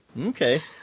Okay